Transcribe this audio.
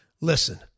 Listen